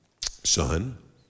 son